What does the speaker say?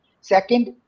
Second